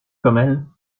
comme